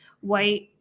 white